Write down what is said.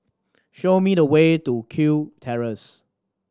show me the way to Kew Terrace